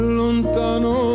lontano